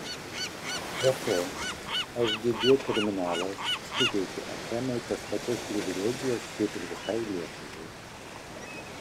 be to sgd terminalas suteikia achemai tas pačias privilegijas kaip ir visai lietuvai